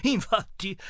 Infatti